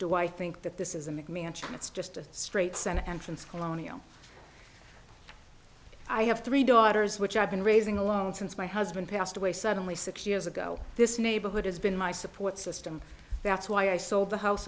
do i think that this is a mcmansion it's just a straight senate entrance colonial i have three daughters which i've been raising alone since my husband passed away suddenly six years ago this neighborhood has been my support system that's why i sold the house